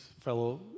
fellow